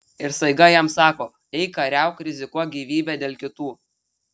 ir staiga jam sako eik kariauk rizikuok gyvybe dėl kitų